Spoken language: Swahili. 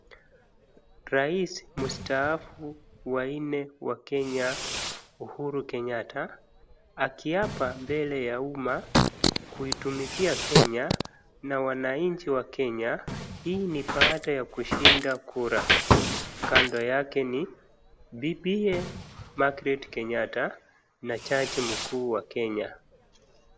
Rais mustaafu wanne wa Kenya Uhuru Kenyatta akiapa mbele ya umma kuitumikia Kenya na wanchi wa kenya. Hii ni baada ya kushida kura. Kando yake ni bibiye magret Kenyatta na jaji mkuu wa Kenya.